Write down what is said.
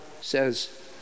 says